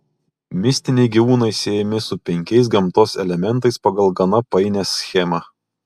mistiniai gyvūnai siejami su penkiais gamtos elementais pagal gana painią schemą